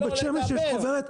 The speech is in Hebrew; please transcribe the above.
בבית שמש יש חוברת.